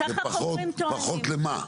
בפחות למה?